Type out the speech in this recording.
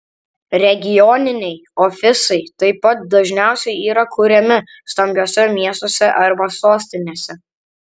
regioniniai ofisai taip pat dažniausiai yra kuriami stambiuose miestuose arba sostinėse